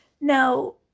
now